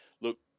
look